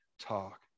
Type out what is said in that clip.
talk